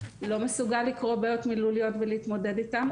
לא מסוגל לקרוא בעיות מילוליות ולהתמודד איתן.